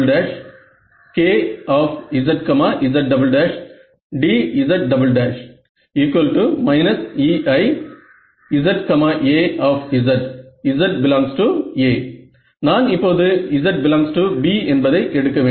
LA2LA2IAzKzzdz LB2LB2IBzKzzdz EizA zA நான் இப்போது z ∈ B என்பதை எடுக்க வேண்டும்